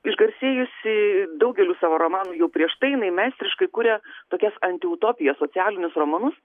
išgarsėjusi daugeliu savo romanų jau prieš tai jinai meistriškai kuria tokias antiutopijas socialinius romanus